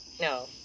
No